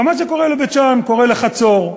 ומה שקורה לבית-שאן קורה לחצור,